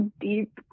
deep